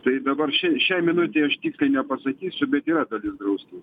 tai dabar šią šiai minutę aš tiksliai nepasakysiu bet yra dalis draustų